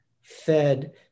fed